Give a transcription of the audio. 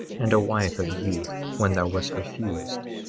and a wife of youth, when thou wast refused,